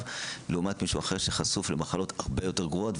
לעומת מישהו אחר שחשוף למחלות הרבה יותר גרועות,